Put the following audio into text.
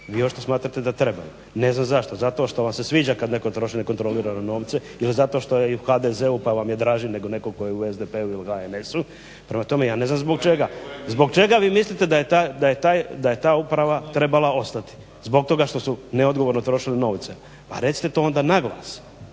Vi očito smatrate da treba, ne znam zašto. Zato što vam se sviđa kada netko troši nekontrolirano novce ili zato što je u HDZ-u pa vam je draži nego netko tko je u SDP-U ili HNS-u, prema tome ja ne znam zbog čega. Zbog čega vi mislite da je ta uprava trebala ostati? Zbog toga što su neodgovorno trošili novce. Pa recite to onda na glas.